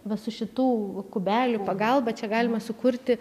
va su šitų kubelių pagalba čia galima sukurti